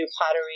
pottery